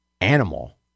Animal